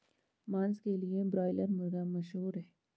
मांस के लिए ब्रायलर मुर्गा मशहूर है